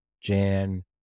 Jan